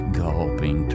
gulping